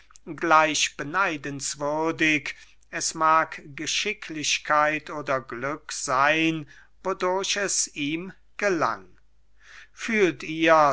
gleich beneidenswürdig es mag geschicklichkeit oder glück seyn wodurch es ihm gelang fühlt ihrs